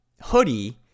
hoodie